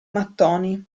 mattoni